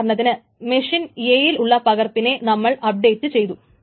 ഉദാഹരണത്തിന് machine A യിൽ ഉള്ള പകർപ്പിനെ നമ്മൾ അപ്ഡേറ്റ് ചെയ്തു